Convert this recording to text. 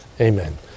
Amen